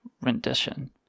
rendition